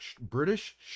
British